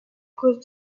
cause